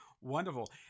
Wonderful